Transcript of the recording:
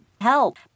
Help